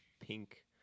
pink